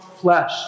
flesh